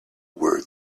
were